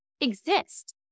exist